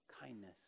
kindness